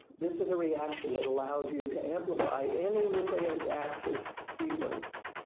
this is a reaction that allows you to amplify any nucleic acid sequence